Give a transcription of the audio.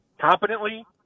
competently